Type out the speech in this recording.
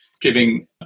giving